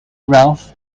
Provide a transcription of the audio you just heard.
ralph